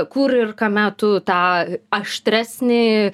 kur ir kame tu tą aštresnį